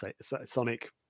sonic